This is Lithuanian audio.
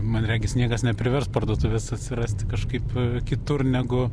man regis niekas neprivers parduotuvės atsirasti kažkaip kitur negu